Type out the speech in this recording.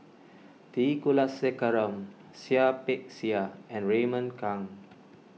T Kulasekaram Seah Peck Seah and Raymond Kang